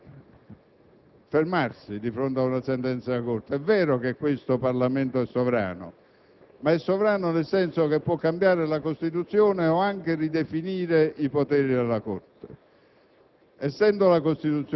Bisogna però fermarsi di fronte ad una sua sentenza. È vero che questo Parlamento è sovrano: ma lo è nel senso che può cambiare la Costituzione o anche ridefinire i poteri della Corte.